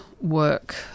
work